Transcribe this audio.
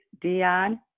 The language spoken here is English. Dion